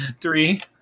Three